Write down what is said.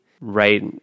right